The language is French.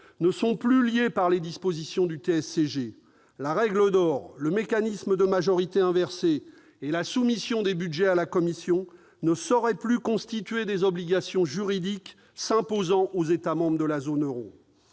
ne sont plus liés par les dispositions du TSCG. La règle d'or, le mécanisme de majorité inversée et la soumission des budgets à la Commission ne sauraient plus constituer des obligations juridiques s'imposant aux États membres de la zone euro.